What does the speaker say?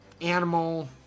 animal